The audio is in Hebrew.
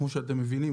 כמו שאתם מבינים,